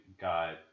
got